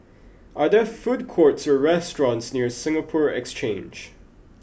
are there food courts or restaurants near Singapore Exchange